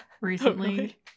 recently